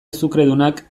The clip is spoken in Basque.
azukredunak